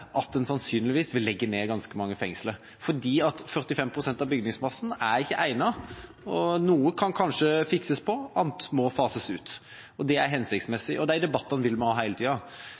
at en sannsynligvis vil legge ned ganske mange fengsler, fordi 45 pst. av bygningsmassen ikke er egnet. Noe kan kanskje fikses på, mens andre må fases ut, og det er hensiktsmessig. De debattene vil vi ha